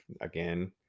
again